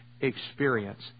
experience